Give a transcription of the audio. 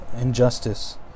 injustice